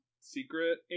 secret